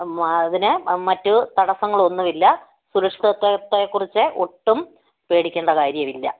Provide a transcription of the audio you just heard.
അതിന് മറ്റു തടസങ്ങളൊന്നുമില്ല സുരക്ഷത്തെത്തെ കുറിച്ച് ഒട്ടും പേടിക്കണ്ട കാര്യമില്ല